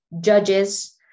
judges